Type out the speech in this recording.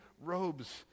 robes